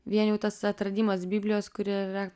vien jau tas atradimas biblijos kuri yra